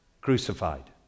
Crucified